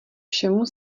všemu